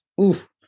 oof